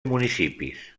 municipis